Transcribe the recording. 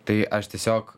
tai aš tiesiog